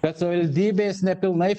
kad savivaldybės nepilnai